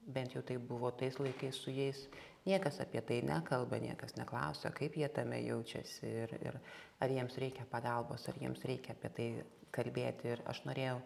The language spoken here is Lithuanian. bent jau taip buvo tais laikais su jais niekas apie tai nekalba niekas neklausia kaip jie tame jaučiasi ir ir ar jiems reikia pagalbos ar jiems reikia apie tai kalbėti ir aš norėjau